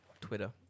Twitter